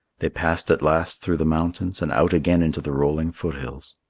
they passed at last through the mountains and out again into the rolling foothills.